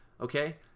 okay